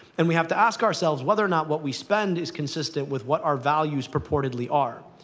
and we have to ask ourselves whether or not what we spend is consistent with what our values purportedly are.